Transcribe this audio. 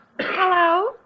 Hello